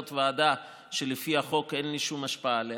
זאת ועדה שלפי החוק אין לי שום השפעה עליה,